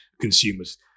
consumers